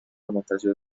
منتشر